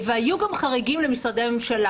והיו גם חריגים למשרדי הממשלה.